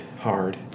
hard